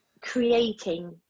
creating